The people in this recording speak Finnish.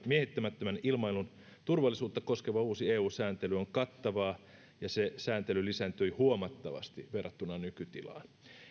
miehittämättömän ilmailun turvallisuutta koskeva uusi eu sääntely on kattavaa ja se sääntely lisääntyi huomattavasti verrattuna nykytilaan